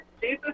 Jesus